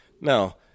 Now